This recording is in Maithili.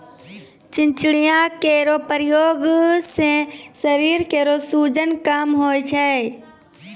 चिंचिड़ा केरो प्रयोग सें शरीर केरो सूजन कम होय छै